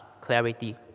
clarity